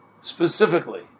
specifically